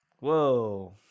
Whoa